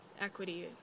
equity